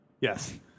Yes